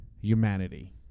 Humanity